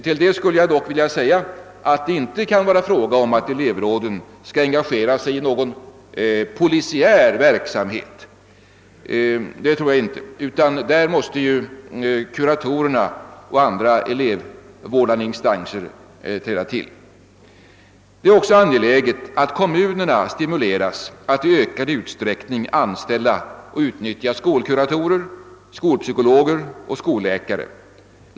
Jag tror dock inte att elevråden skall engagera sig i någon polisiär verksamhet, utan i detta avseende måste kuratorerna och andra elevvårdande instanser träda till. Det är också angeläget att kommunerna stimuleras att i ökad utsträckning anställa skolkuratorer, skolpsykologer och skolläkare.